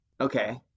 Okay